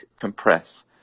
compress